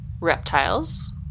reptiles